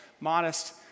modest